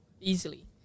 easily